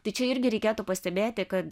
tai čia irgi reikėtų pastebėti kad